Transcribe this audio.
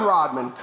Rodman